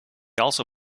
also